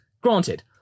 Granted